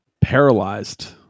Paralyzed